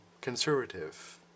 conservative